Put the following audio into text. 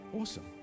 Awesome